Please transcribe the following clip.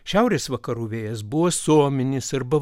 šiaurės vakarų vėjas buvo suominis arba